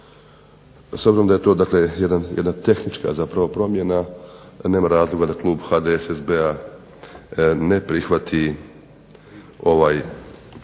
S obzirom da je to tehnička promjena nema razloga da Klub HDSSB-a ne prihvati ovaj